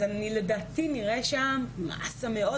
אז אני חושבת שנראה שם מסה מאוד